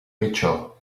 mitjó